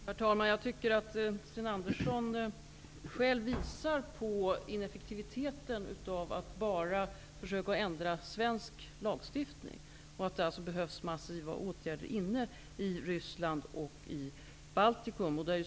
Herr talman! Jag tycker att Sten Andersson själv visar på ineffektiviteten med att bara försöka ändra svensk lagstiftning. Det behövs massiva åtgärder inne i Ryssland och Baltikum.